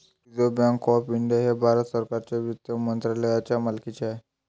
reserve bank of India हे भारत सरकारच्या वित्त मंत्रालयाच्या मालकीचे आहे